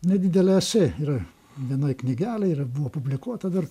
nedidelę ėse yra vienoj knygelėj ir buvo publikuota dar